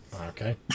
okay